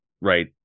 right